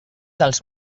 dels